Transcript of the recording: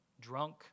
Drunk